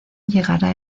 llegará